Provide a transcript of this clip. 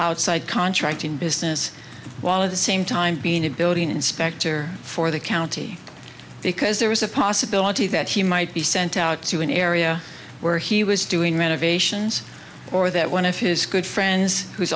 outside contracting business while of the same time being a building inspector for the county because there is a possibility that he might be sent out to an area where he was doing renovations or that one of his good friends who